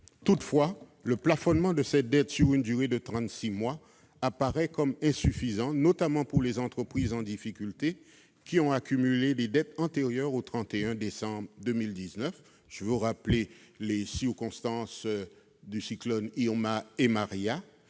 Toutefois, le plafonnement de cette dette sur une durée de trente-six mois apparaît comme insuffisant, notamment pour les entreprises en difficulté qui ont accumulé des dettes antérieures au 31 décembre 2019. Rappelez-vous les circonstances liées aux cyclones Irma et Maria.